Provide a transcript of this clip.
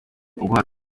uguha